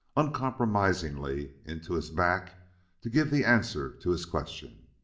uncompromisingly, into his back to give the answer to his question.